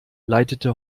leitete